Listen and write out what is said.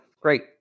Great